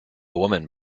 woman